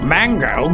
Mango